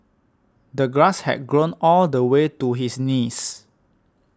the grass had grown all the way to his knees